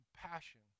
compassion